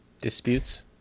disputes